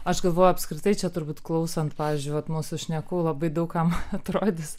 aš galvoju apskritai čia turbūt klausant pavyzdžiui vat mūsų šnekų labai daug kam atrodys